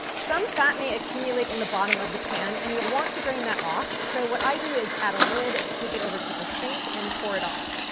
some fat may accumulate in the bottom of the pan and you'll want to drain that off. so what i do is add a lid, take it over to the sink, and pour it off.